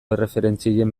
erreferentzien